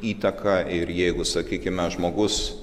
įtaka ir jeigu sakykime žmogus